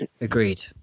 agreed